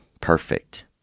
perfect